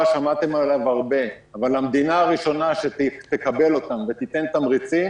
שמעתם הרבה אבל המדינה הראשונה שתקבל אותם ותיתן תמריצים,